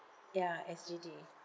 ya S_G_D